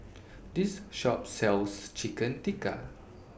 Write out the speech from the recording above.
This Shop sells Chicken Tikka